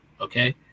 Okay